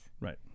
Right